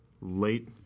late